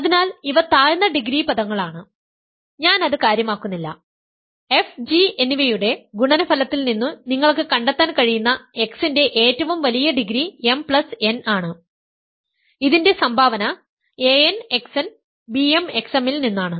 അതിനാൽ ഇവ താഴ്ന്ന ഡിഗ്രി പദങ്ങളാണ് അത് ഞാൻ കാര്യമാക്കുന്നില്ല f g എന്നിവയുടെ ഗുണനഫലത്തിൽ നിന്നു നിങ്ങൾക്ക് കണ്ടെത്താൻ കഴിയുന്ന x ന്റെ ഏറ്റവും വലിയ ഡിഗ്രി m n ആണ് ഇതിൻറെ സംഭാവന ൽ നിന്നാണ്